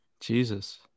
jesus